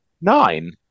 Nine